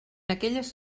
aquelles